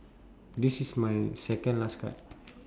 this is my second last card